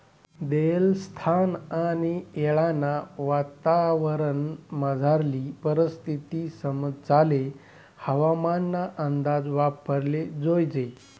देयेल स्थान आणि येळना वातावरणमझारली परिस्थिती समजाले हवामानना अंदाज वापराले जोयजे